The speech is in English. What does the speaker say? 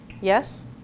Yes